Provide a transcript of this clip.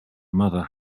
mother